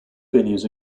venues